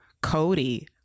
cody